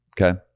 Okay